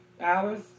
hours